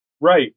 Right